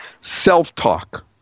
Self-talk